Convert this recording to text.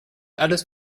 alles